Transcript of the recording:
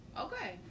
okay